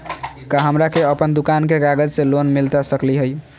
का हमरा के अपन दुकान के कागज से लोन मिलता सकली हई?